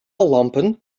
lampen